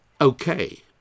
okay